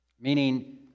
Meaning